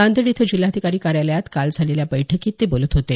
नांदेड इथं जिल्हाधिकारी कार्यालयात काल झालेल्या बैठकीत ते बोलत होते